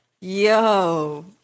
yo